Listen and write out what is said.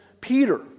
Peter